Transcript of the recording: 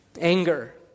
Anger